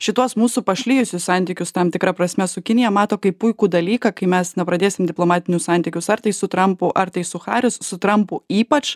šituos mūsų pašlijusius santykius tam tikra prasme su kinija mato kaip puikų dalyką kai mes nepradėsim diplomatinius santykius ar tai su trampu ar tai su haris su trampu ypač